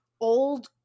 old